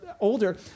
older